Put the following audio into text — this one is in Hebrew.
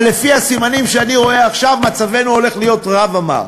אבל לפי הסימנים שאני רואה עכשיו מצבנו הולך להיות רע ומר,